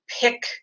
pick